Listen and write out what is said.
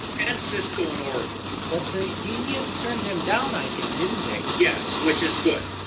and, cisco and oracle. but, the indians turn them down i think. didn't they? yes, which is good.